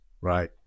right